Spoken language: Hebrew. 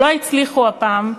לא הצליחו הפעם,